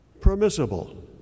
permissible